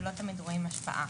ולא תמיד רואים השפעה.